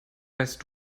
weißt